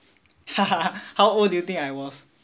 how old do you think I was